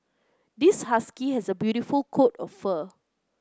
this husky has a beautiful coat of fur